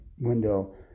window